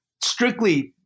strictly